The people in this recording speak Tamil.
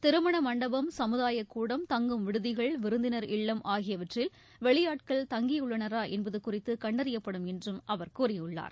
திருமண மண்டபம் சமுதாயக் கூடம் தங்கும் விடுதிகள் விருந்தினர் இல்லம் ஆகியவற்றில் வெளியாட்கள் தங்கியுள்ளனரா என்பது குறித்து கண்டறியப்படும் என்று அவர் கூறியுள்ளார்